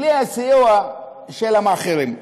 בלי הסיוע של המאכערים: